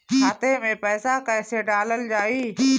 खाते मे पैसा कैसे डालल जाई?